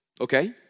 okay